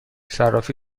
صرافی